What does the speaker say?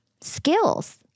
skills